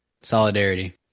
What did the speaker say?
Solidarity